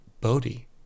Bodhi